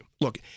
Look